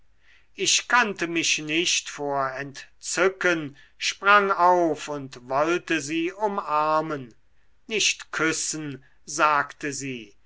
ich kannte mich nicht vor entzücken sprang auf und wollte sie umarmen nicht küssen sagte sie